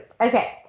Okay